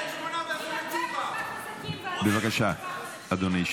ואחריו, בבקשה, אדוני.